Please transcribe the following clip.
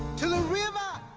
to the river